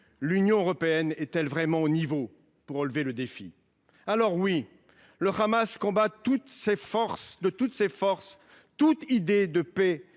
L’Union européenne est-elle vraiment au niveau pour relever ce défi ? Alors oui, le Hamas combat de toutes ses forces toute idée de paix